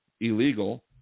illegal